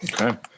Okay